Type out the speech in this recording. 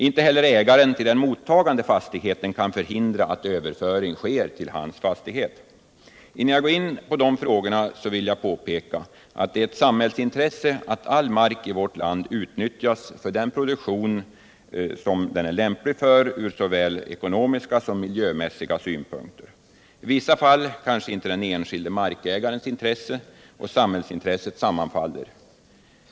Inte heller ägaren till den mottagande fastigheten kan förhindra att överföring sker till hans fastighet. Innan jag går in på de frågorna vill jag påpeka att det är ett samhällsintresse 153 Fastighetsbildnings att all mark i vårt land utnyttjas för den produktion som den är lämplig för ur såväl ekonomiska som miljömässiga synpunkter. I vissa fall kanske inte den enskilde markägarens intresse och samhällsintresset sammanfaller.